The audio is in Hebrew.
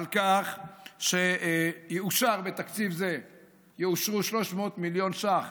על כך שבתקציב זה יאושרו 300 מיליון ש"ח